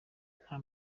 nta